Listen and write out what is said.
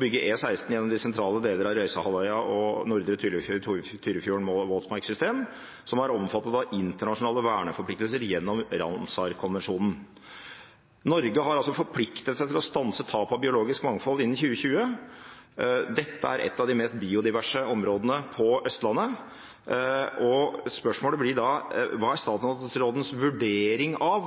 bygge E16 gjennom de sentrale deler av Røysehalvøya og Nordre Tyrifjorden våtmarkssystem, som var omfattet av internasjonale verneforpliktelser gjennom Ramsarkonvensjonen. Norge har altså forpliktet seg til å stanse tapet av biologisk mangfold innen 2020. Dette er et av de mest biodiverse områdene på Østlandet, og spørsmålet blir da: Hva er statsrådens vurdering av